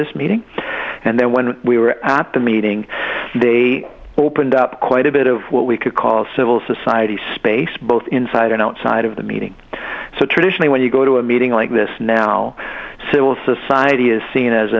this meeting and then when we were at the meeting they opened up quite a bit of what we could call civil society space both inside and outside of the meeting so traditionally when you go to a meeting like this now civil society is seen as